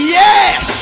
yes